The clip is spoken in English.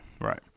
right